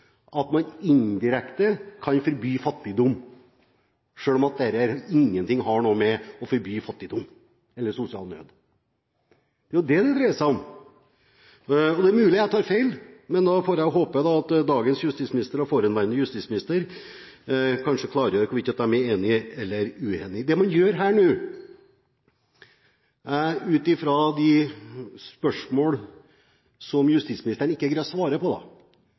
ingenting med å forby fattigdom eller sosial nød å gjøre. Det er det det dreier seg om. Det er mulig jeg tar feil, men nå får jeg håpe at dagens justisminister og forhenværende justisminister kanskje klargjør om de er enige eller uenige. Når det gjelder de spørsmål som justisministeren ikke greier å svare på,